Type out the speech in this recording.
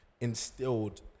instilled